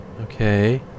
Okay